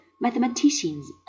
mathematicians